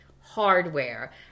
hardware